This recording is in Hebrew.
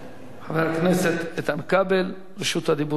חבר הכנסת איתן כבל, רשות הדיבור שלך.